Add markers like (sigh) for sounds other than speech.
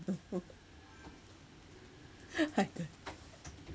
know (laughs) I don't (noise)